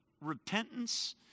repentance